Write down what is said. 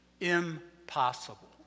impossible